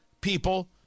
people